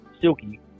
silky